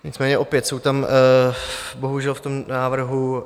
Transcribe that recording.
Nicméně opět jsou tam bohužel v návrhu...